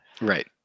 right